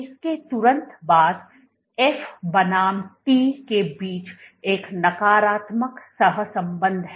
इसके तुरंत बाद F बनाम T के बीच एक नकारात्मक सहसंबंध है